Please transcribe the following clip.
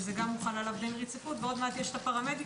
שגם עליו הוחל דין רציפות ועוד מעט יש את הפרמדיקים,